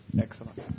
Excellent